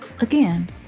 again